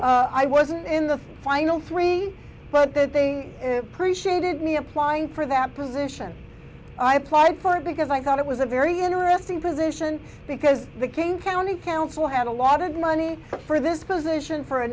that i wasn't in the final three but that they appreciated me applying for that position i applied for because i thought it was a very interesting position because the king county council had a lot of money for this position for a